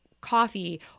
coffee